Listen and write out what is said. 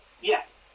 Yes